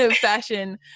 fashion